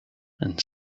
and